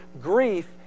grief